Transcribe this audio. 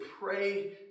pray